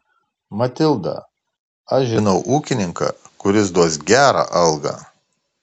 matilda aš žinau ūkininką kuris duos gerą algą